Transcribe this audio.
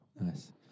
Nice